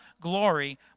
glory